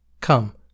Come